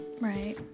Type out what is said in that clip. right